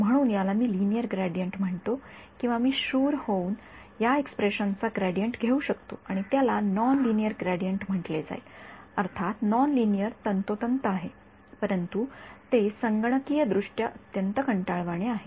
म्हणून याला मी लिनिअर ग्रेडियंट म्हणतो किंवा मी शूर होऊन या एक्स्प्रेशन चा ग्रेडियंट घेऊ शकतो आणि त्याला नॉन लिनिअर ग्रेडियंट म्हटले जाईल अर्थात नॉन लिनिअर तंतोतंत आहे परंतु ते संगणकीय दृष्ट्या अत्यंत कंटाळवाणे आहे